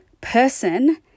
person